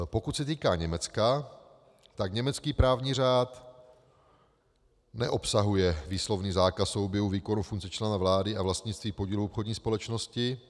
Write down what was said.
Pokud se týká Německa, tak německý právní řád neobsahuje výslovný zákaz souběhu výkonu funkcí člena vlády a vlastnictví podílů obchodní společnosti.